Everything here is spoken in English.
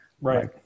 right